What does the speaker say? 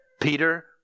Peter